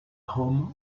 rome